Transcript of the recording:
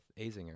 Azinger